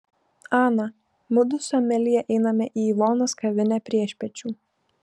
ana mudu su amelija einame į ivonos kavinę priešpiečių